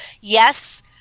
Yes